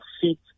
feet